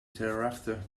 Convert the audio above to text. thereafter